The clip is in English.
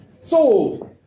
Sold